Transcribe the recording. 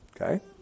Okay